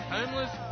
Homeless